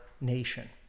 nation